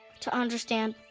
to understand,